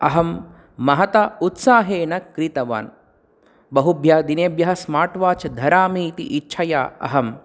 अहं महता उत्साहेन क्रीतवान् बहुभ्यः दिनेभ्यः स्मार्ट् वाच् धरामि इति इच्छया अहं